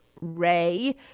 Ray